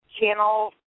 channel